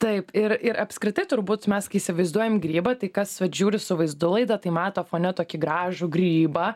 taip ir ir apskritai turbūt mes kai įsivaizduojam grybą tai kas vat žiūri su vaizdu laidą tai mato fone tokį gražų grybą